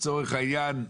לצורך העניין,